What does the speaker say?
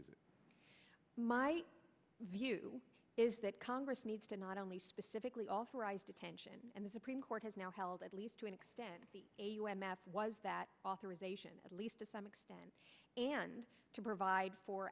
is my view is that congress needs to not only specifically authorized detention and the supreme court has now held at least to an extent was that authorization at least to some extent and to provide for